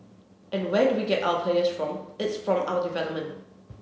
and where do we get our players from it's from our development